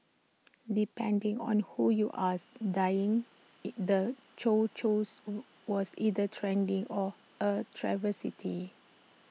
depending on who you ask dyeing the chow Chows was either trendy or A travesty